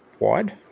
wide